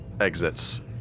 exits